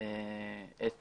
את